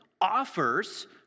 offers